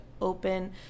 open